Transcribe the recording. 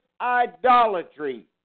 idolatry